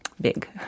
Big